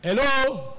Hello